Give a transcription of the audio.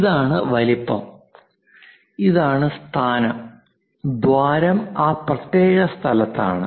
ഇതാണ് വലുപ്പം ഇതാണ് സ്ഥാനം ദ്വാരം ആ പ്രത്യേക സ്ഥലത്താണ്